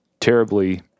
terribly